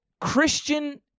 Christian